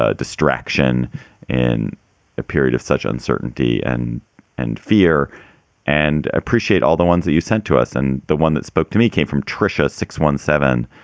ah distraction and a period of such uncertainty and and fear and appreciate all the ones that you sent to us. and the one that spoke to me came from tricia six one seven.